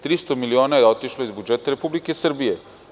Tri stotine miliona je otišlo iz budžeta Republike Srbije.